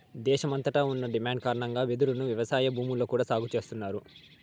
దేశమంతట ఉన్న డిమాండ్ కారణంగా వెదురును వ్యవసాయ భూముల్లో కూడా సాగు చేస్తన్నారు